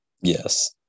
yes